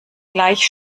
gleich